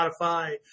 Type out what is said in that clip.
spotify